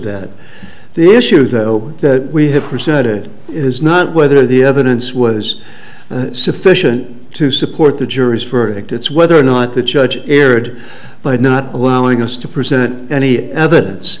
that the issue though that we have presented is not whether the evidence was sufficient to support the jury's verdict it's whether or not the judge erred but not allowing us to present any evidence